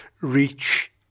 reach